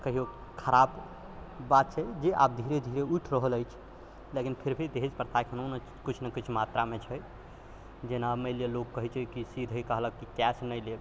कहियौ खराब बात छै जे आब धीरे धीरे उठि रहल अछि लेकिन फिर भी दहेज प्रथा अखनो किछु मात्रामे छै जेना मानि लियै लोक कहै छै कि सीधे कहलक कि कैश नहि लेब